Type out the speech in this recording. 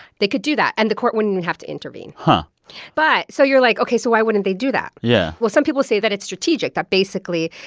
they could do that. and the court wouldn't have to intervene. but but so you're like, ok. so why wouldn't they do that? yeah well, some people say that it's strategic, that basically,